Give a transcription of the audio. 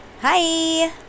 hi